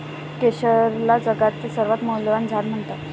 केशरला जगातील सर्वात मौल्यवान झाड मानतात